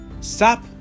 stop